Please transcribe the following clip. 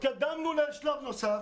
התקדמנו שלב נוסף.